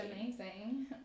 amazing